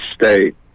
state